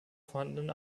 vorhandenen